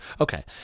Okay